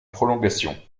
prolongation